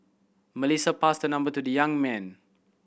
Melissa passed her number to the young man